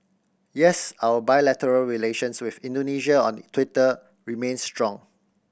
yes our bilateral relations with Indonesia on Twitter remains strong